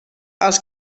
els